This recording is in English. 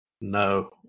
No